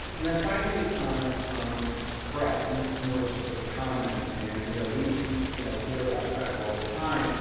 and and finally on um prep, and this is more just a comment, and you know we you know hear about prep all the time,